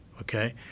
okay